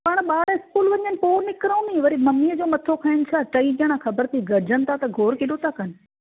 पाण ॿार स्कूल वञनि पोइ निकिरऊं नी वरी मम्मीअ जो मथो खाइनि छा टई ॼणा ख़बर अथई गड॒जनि था त गोड़ु केॾो था कनि